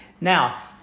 Now